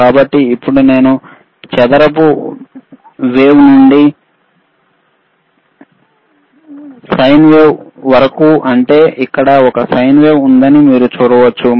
కాబట్టి ఇప్పుడు నేను చదరపు వేవ్ నుండి సైన్ వేవ్ వరకు ఉంటే అక్కడ ఒక సైన్ వేవ్ ఉందని మీరు చూడవచ్చు